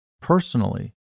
personally